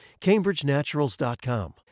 CambridgeNaturals.com